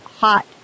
hot